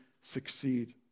succeed